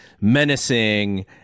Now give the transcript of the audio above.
menacing